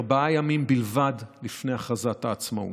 ארבעה ימים בלבד לפני הכרזת העצמאות.